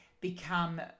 become